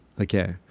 Okay